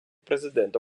президента